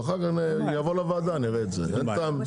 ואחר כך נבוא לוועדה נראה את זה, אין טעם.